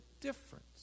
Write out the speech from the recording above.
difference